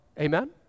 Amen